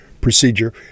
procedure